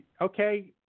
Okay